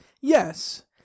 yes